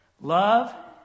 Love